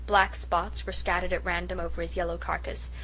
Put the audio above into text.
black spots were scattered at random over his yellow carcass,